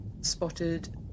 spotted